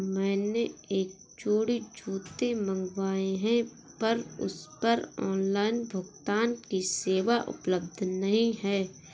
मैंने एक जोड़ी जूते मँगवाये हैं पर उस पर ऑनलाइन भुगतान की सेवा उपलब्ध नहीं है